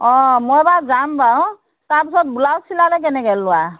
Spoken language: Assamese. অ মই বাৰু যাম বাৰু তাৰপিছত ব্লাউজ চিলালে কেনেকৈ লোৱা